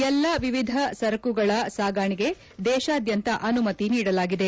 ಎಲ್ಲ ವಿಧದ ಸರಕುಗಳ ಸಾಗಣೆಗೆ ದೇಶಾದ್ಭಂತ ಅನುಮತಿ ನೀಡಲಾಗಿದೆ